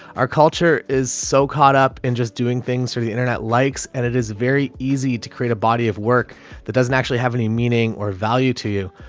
our culture is so caught up in just doing things for the internet likes and it is very easy to create a body of work that doesn't actually have any meaning or value to you.